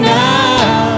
now